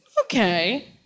Okay